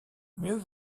mieux